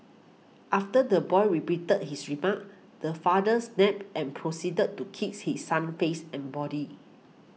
after the boy repeated his remark the father snapped and proceeded to kick his son's face and body